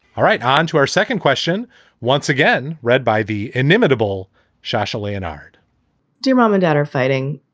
all right. on to our second question once again, read by the inimitable shasha leonhard dear mom and dad are fighting.